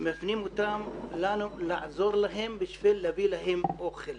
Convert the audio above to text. מפנים אותם אלינו לעזור להם בשביל להביא להם אוכל.